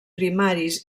primaris